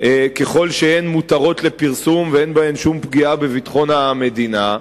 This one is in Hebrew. ככל שהן מותרות לפרסום ואין בהן שום פגיעה בביטחון המדינה.